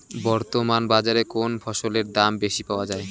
বর্তমান বাজারে কোন ফসলের দাম বেশি পাওয়া য়ায়?